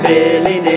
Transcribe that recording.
Billy